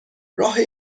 راه